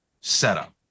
setup